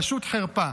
פשוט חרפה.